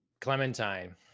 Clementine